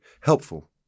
helpful